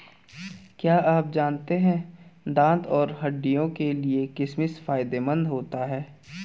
क्या आप जानते है दांत और हड्डियों के लिए किशमिश फायदेमंद है?